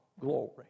glory